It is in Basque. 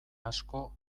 asko